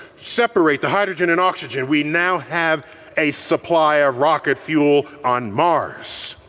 separate the hydrogen and oxygen. we now have a supply of rocket fuel on mars!